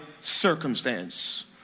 circumstance